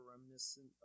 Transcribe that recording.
reminiscent